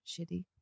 Shitty